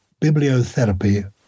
Bibliotherapy